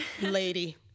lady